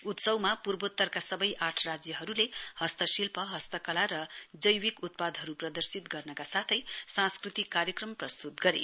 उत्सवमा पूर्वोत्तरका सवै आठ राज्यहरुले हस्तशिल्प हस्तकला र डैलित उत्पादहरुको प्रदर्शित गर्नका साथै सांस्कृतिक कार्यक्रम प्रस्तुत गरे